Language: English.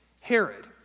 Herod